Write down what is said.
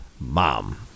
mom